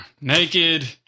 Naked